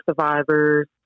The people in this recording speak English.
survivors